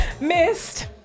Missed